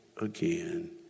again